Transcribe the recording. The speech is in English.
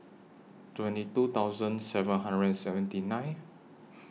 twenty two thousand seven hundred and seventy nine